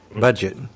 budget